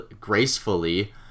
gracefully